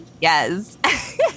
Yes